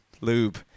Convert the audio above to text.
lube